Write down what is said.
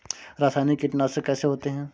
रासायनिक कीटनाशक कैसे होते हैं?